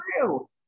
true